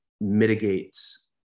mitigates